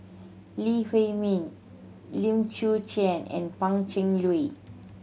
Lee Huei Min Lim Chwee Chian and Pan Cheng Lui